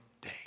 day